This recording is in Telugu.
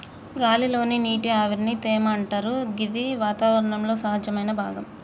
గాలి లోని నీటి ఆవిరిని తేమ అంటరు గిది వాతావరణంలో సహజమైన భాగం